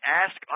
ask